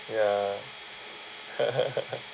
ya